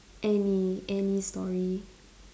any any story